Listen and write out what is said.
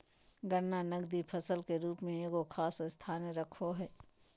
गन्ना नकदी फसल के रूप में एगो खास स्थान रखो हइ